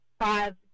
five